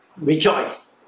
Rejoice